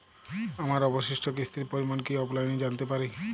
আমার অবশিষ্ট কিস্তির পরিমাণ কি অফলাইনে জানতে পারি?